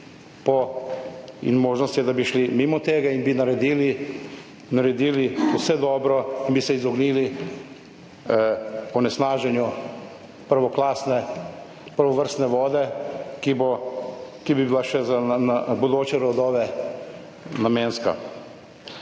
in možnost je, da bi šli mimo tega in bi naredili, naredili vse dobro in bi se izognili onesnaženju prvoklasne, prvovrstne vode, ki bo, ki bi bila še za bodoče rodove namenska.